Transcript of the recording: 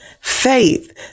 faith